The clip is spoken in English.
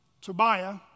Tobiah